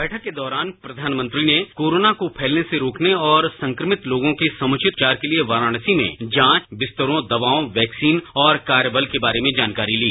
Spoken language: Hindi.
बैठक के दौरान श्री मोदी ने कोरोना को फैलने से रोकने और संक्रमित लोगों के समुवित उपचार के लिए वाराणसी में जांच विस्तप्रें दवायों वैक्सीन और कार्य बत के बारे में जानकारी ती